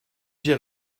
j’ai